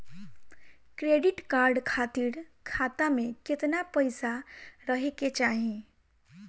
Credit card खातिर खाता में केतना पइसा रहे के चाही?